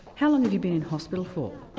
how long have you been in hospital for?